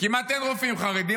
וכמעט אין רופאים חרדים,